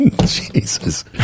Jesus